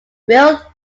will